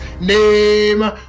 name